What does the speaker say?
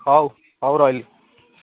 ହେଉ ହେଉ ରହିଲି